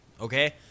okay